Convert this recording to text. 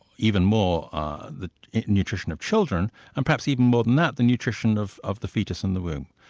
even more ah the nutrition of children, and perhaps even more than that, the nutrition of of the foetus in the womb.